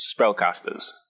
spellcasters